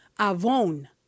avon